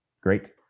great